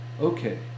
Okay